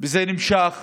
וזה נמשך